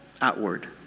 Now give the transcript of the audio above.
outward